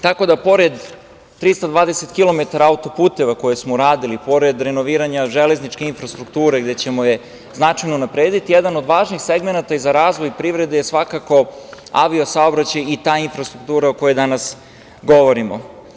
Tako da pored 320 kilometara autoputeva koje smo uradili, pored renoviranja železničke infrastrukture, gde ćemo je značajno unapredi, jedan od važnih segmenata za razvoj privrede je svakako avio saobraćaj i ta infrastruktura o kojoj danas govorimo.